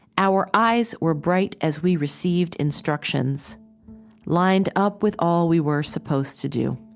our eyes were bright as we received instructions lined up with all we were supposed to do